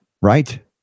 Right